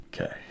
Okay